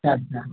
अच्छा अच्छा